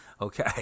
okay